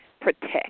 protect